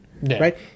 right